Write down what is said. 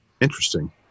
Interesting